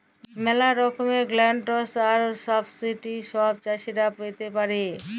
ম্যালা রকমের গ্র্যালটস আর সাবসিডি ছব চাষীরা পাতে পারে